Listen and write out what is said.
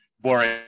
boring